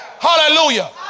Hallelujah